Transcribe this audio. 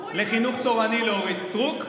יתאמו איתך, לחינוך תורני לאורית סטרוק,